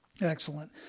Excellent